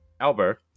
albert